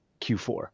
Q4